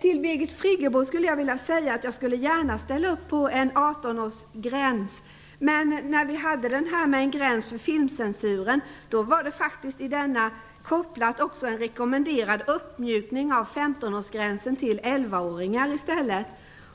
Till Birgit Friggebo skulle jag vilja säga att jag gärna skulle ställa mig bakom en 18-årsgräns. Men när vi hade en sådan gräns knuten till filmcensuren var till den också kopplad en rekommendation om sänkning av 15-årsgränsen till en 11-årsgräns.